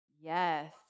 Yes